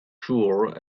sure